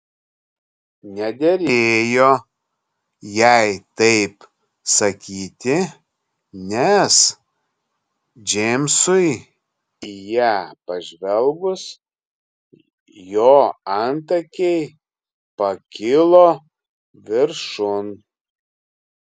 nederėjo jai taip sakyti nes džeimsui į ją pažvelgus jo antakiai pakilo viršun